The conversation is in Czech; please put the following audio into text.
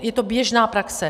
Je to běžná praxe.